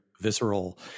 visceral